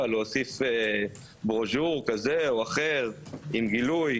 או להוסיף ברושור כזה או אחר עם גילוי,